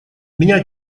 меня